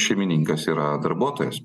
šeimininkas yra darbuotojas